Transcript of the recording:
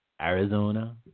Arizona